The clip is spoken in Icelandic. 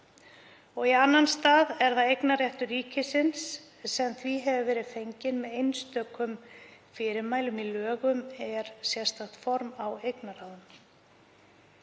annarra. 2. Eignarréttur ríkisins sem því hefur verið fenginn með einstökum fyrirmælum í lögum er sérstakt form á eignarráðum.